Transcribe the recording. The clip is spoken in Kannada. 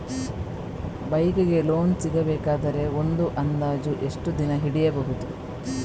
ಬೈಕ್ ಗೆ ಲೋನ್ ಸಿಗಬೇಕಾದರೆ ಒಂದು ಅಂದಾಜು ಎಷ್ಟು ದಿನ ಹಿಡಿಯಬಹುದು?